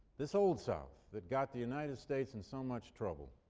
this old south that got the united states in so much trouble.